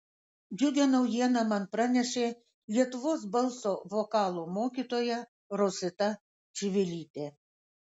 džiugią naujieną man pranešė lietuvos balso vokalo mokytoja rosita čivilytė